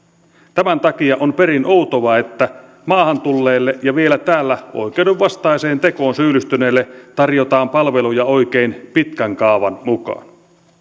tämän takia on perin outoa että maahan tulleille ja vielä täällä oikeuden vastaiseen tekoon syyllistyneille tarjotaan palveluja oikein pitkän kaavan mukaan